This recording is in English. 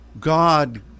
God